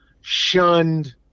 shunned